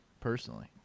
personally